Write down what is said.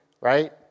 right